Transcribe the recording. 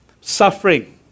suffering